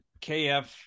KF